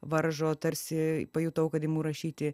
varžo tarsi pajutau kad imu rašyti